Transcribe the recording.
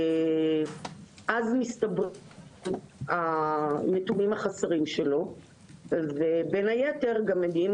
ואז מסתברים לו הנתונים החסרים ובין היתר גם מגיעים